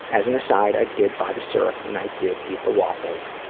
as an aside, i did buy the syrup and i did eat the waffles.